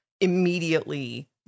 immediately